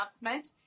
announcement